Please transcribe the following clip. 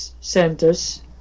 centers